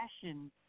fashion